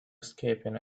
escaping